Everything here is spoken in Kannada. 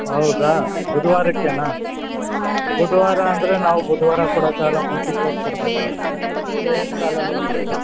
ಹೌದಾ ಬುಧವಾರಕ್ಕೇನ ಬುಧವಾರ ಅಂದರೆ ನಾವು ಬುಧವಾರ ಕೊಡಕ್ಕಾಗಲ್ಲ ಮುಂಚಿತ್ವಾಗಿ ಕೊಡಬೇಕಾಗತ್ತೆ ಟೈಮ್ ಸಾಲಲ್ಲವೇನೋ